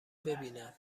ببینم